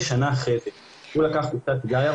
שנה אחר כך הוא לקח קופסת סיגריות,